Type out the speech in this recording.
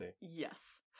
Yes